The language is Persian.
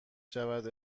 شود